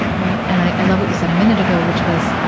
right. and i, i love what you said a minute ago, which was, ah